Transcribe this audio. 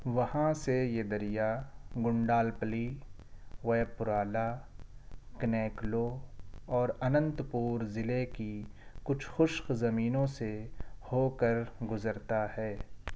وہاں سے یہ دریا گنڈالپلی ویپورالا کنیکلو اور اننت پور ضلعے کی کچھ خشک زمینوں سے ہوکر گزرتا ہے